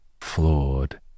flawed